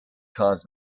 caused